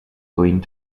going